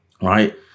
right